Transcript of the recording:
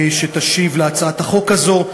שתשיב על הצעת החוק הזאת.